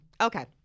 okay